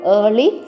early